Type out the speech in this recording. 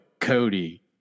Cody